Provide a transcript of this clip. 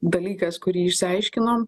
dalykas kurį išsiaiškinom